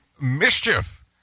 mischief